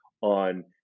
on